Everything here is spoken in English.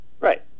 Right